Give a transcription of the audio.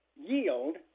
yield